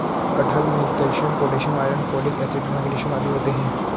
कटहल में calcium potassium iron folic acid magnesium आदि होते हैं